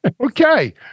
okay